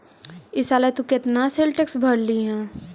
ई साल तु केतना सेल्स टैक्स भरलहिं हे